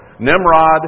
Nimrod